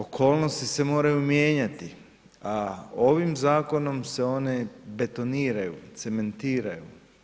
Okolnosti se moraju mijenjati a ovim zakonom se oni betoniraju, cementiraju.